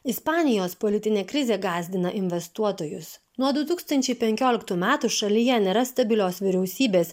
ispanijos politinė krizė gąsdina investuotojus nuo du tūkstančiai penkioliktų metų šalyje nėra stabilios vyriausybės